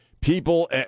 people